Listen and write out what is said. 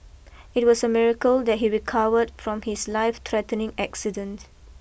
it was a miracle that he recovered from his life threatening accident